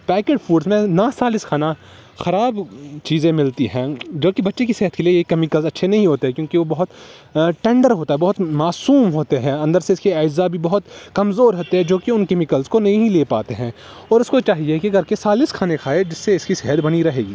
packet foods میں نا سالس کھانا خراب چیزیں ملتی ہیں جو کہ بچے کی صحت کے لیے یہ کیمیکلز اچھے نہیں ہوتے کیونکہ وہ بہت ٹنڈر ہوتا ہے بہت معصوم ہوتے ہیں اندر سے اس کے اجزا بھی بہت کمزور ہوتے ہیں جو کہ ان کیمیکلز کو نہیں لے پاتے ہیں اور اس کو چاہیے کہ گھر کے سالس کھانے کھائے جس سے اس کی صحت بنی رہے گی